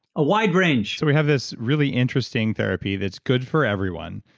a wide range we have this really interesting therapy that's good for everyone.